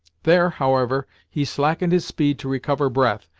there, however, he slackened his speed to recover breath,